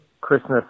Christmas